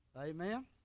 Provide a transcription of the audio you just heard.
amen